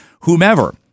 whomever